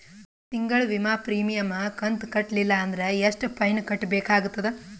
ತಿಂಗಳ ವಿಮಾ ಪ್ರೀಮಿಯಂ ಕಂತ ಕಟ್ಟಲಿಲ್ಲ ಅಂದ್ರ ಎಷ್ಟ ಫೈನ ಕಟ್ಟಬೇಕಾಗತದ?